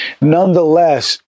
Nonetheless